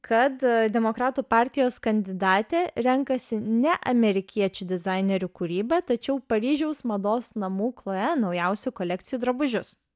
kad demokratų partijos kandidatė renkasi ne amerikiečių dizainerių kūryba tačiau paryžiaus mados namų chloe naujausių kolekcijų drabužius